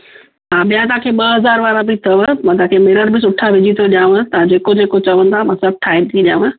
हा ॿिया तव्हांखे ॿ हज़ार वारा बि अथव मां तव्हांखे मिरर बि सुठा विझी थो ॾियांव तव्हां जेको जेको चवंदा मां सभु ठाहे थी ॾियांव